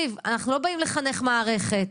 אנחנו לא באים לחנך מערכת.